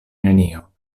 nenio